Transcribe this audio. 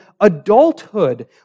adulthood